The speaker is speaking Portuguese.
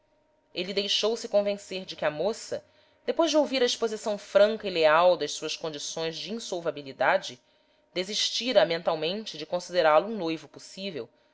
virgem ele deixou-se convencer de que a moça depois de ouvir a exposição franca e leal das suas condições de insolvabilidade desistira mentalmente de considerá-lo um noivo possível